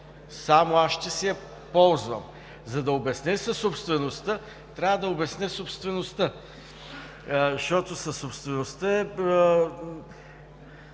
само аз ще си я ползвам. За да обясня съсобствеността, трябва да обясня собствеността, защото съсобствеността е